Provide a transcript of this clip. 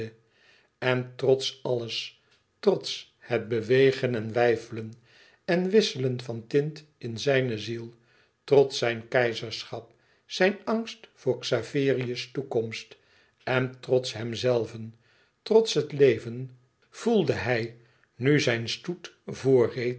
en trots alles trots het bewegen en weifelen en wisselen van tint in zijne ziel trots zijn keizerschap zijn angst voor xaverius toekomst en trots hemzelven trots het leven voelde hij nu zijn stoet voorreed